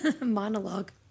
monologue